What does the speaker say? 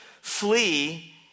flee